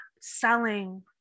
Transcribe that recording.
selling